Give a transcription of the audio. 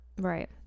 right